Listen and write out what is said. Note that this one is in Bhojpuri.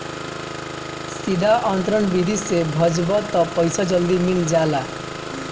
सीधा अंतरण विधि से भजबअ तअ पईसा जल्दी मिल जाला